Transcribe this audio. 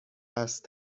است